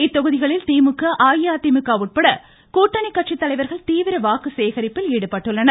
இத்தொகுதிகளில் திமுக அஇஅதிமுக உட்பட கூட்டணி கட்சித்தலைவா்கள் தீவிர வாக்கு சேகரிப்பில் ஈடுபட்டுள்ளனர்